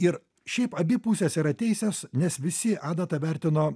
ir šiaip abi pusės yra teisios nes visi adatą vertino